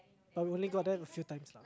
but we only got them a few times lah